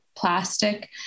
plastic